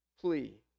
plea